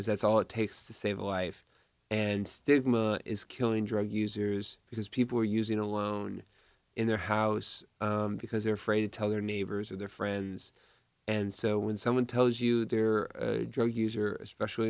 is that's all it takes to save a life and stigma is killing drug users because people are using alone in their house because they're afraid to tell their neighbors or their friends and so when someone tells you they're drug user especially